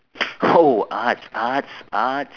oh arts arts arts